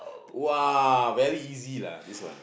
!wow! very easy lah this one